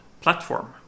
platform